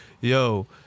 yo